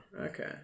Okay